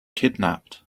kidnapped